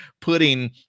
putting